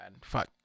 Fuck